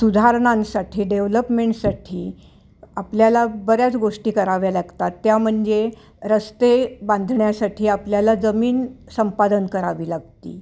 सुधारणांसाठी डेव्हलपमेंटसाठी आपल्याला बऱ्याच गोष्टी कराव्या लागतात त्या म्हणजे रस्ते बांधण्यासाठी आपल्याला जमीन संपादन करावी लागते